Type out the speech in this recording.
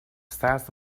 size